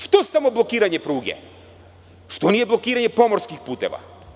Što samo blokiranje pruge, što nije i blokiranje pomorskih puteva?